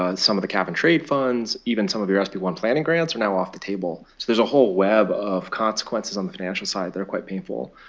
some of the cap and trade funds, even some of your s b one planning grants are now off the table. so there's a whole web of consequences on the financial side that are quite painful.